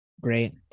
Great